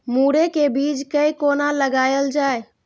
मुरे के बीज कै कोना लगायल जाय?